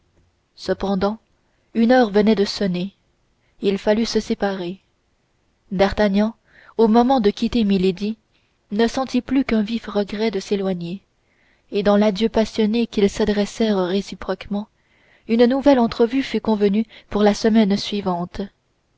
cependant une heure venait de sonner il fallut se séparer d'artagnan au moment de quitter milady ne sentit plus qu'un vif regret de s'éloigner et dans l'adieu passionné qu'ils s'adressèrent réciproquement une nouvelle entrevue fut convenue pour la semaine suivante